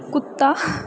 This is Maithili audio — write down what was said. कुत्ता